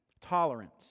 Tolerance